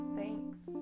thanks